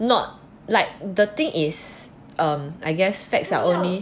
not like the thing is um I guess facts are only